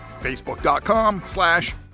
Facebook.com/slash